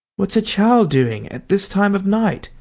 what's a child doing at this time of night?